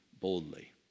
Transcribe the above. boldly